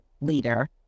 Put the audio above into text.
leader